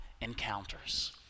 encounters